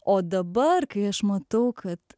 o dabar kai aš matau kad